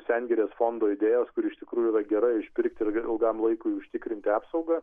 sengirės fondo idėjos kuri iš tikrųjų yra gera išpirkti ir ilgam laikui užtikrinti apsaugą